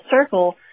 circle